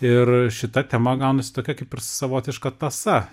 ir šita tema gaunasi tokia kaip ir savotiška tąsa